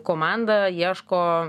komanda ieško